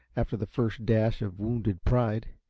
after the first dash of wounded pride.